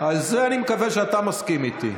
על זה אני מקווה שאתה מסכים איתי.